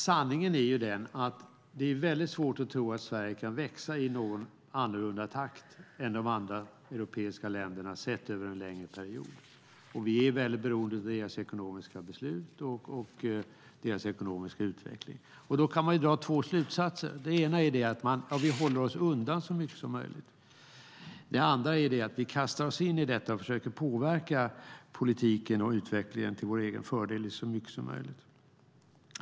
Sanningen är den att det är svårt att tro att Sverige kan växa i någon annorlunda takt än de andra europeiska länderna sett över en längre period. Vi är beroende av deras ekonomiska beslut och deras ekonomiska utveckling. Då kan man dra två slutsatser. Den ena är att vi håller oss undan så mycket som möjligt. Den andra är att vi kastar oss in i detta och försöker påverka politiken och utvecklingen till vår egen fördel i så mycket som möjligt.